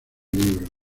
libros